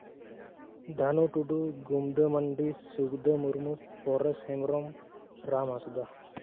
Dhanu Tudu Gumda Mandi Sukdeb Murmu Pores Hembrom Ram Hansda